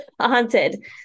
haunted